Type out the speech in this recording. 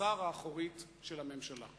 לחצר האחורית של הממשלה.